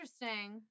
Interesting